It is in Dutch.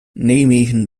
nijmegen